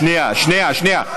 שנייה, שנייה, שנייה.